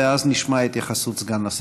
ואז נשמע את התייחסות סגן השר.